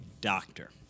doctor